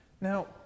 Now